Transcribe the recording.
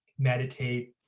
meditate,